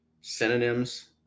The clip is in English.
synonyms